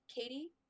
Katie